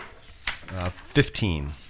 Fifteen